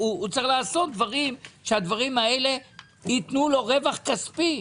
הוא צריך לעשות דברים שייתנו לו רווח כספי.